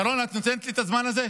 שרון, את נותנת לי את הזמן הזה?